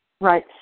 Right